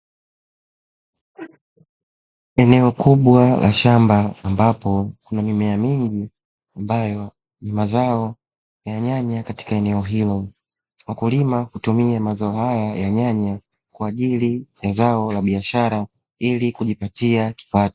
Eneo kubwa la shamba ambapo kuna mimea mingi ambayo ni mazao ya nyanya katika eneo hilo. Wakulima hutumia mazao haya ya nyanya kwa ajili ya zao la biashara ili kujipatia kipato.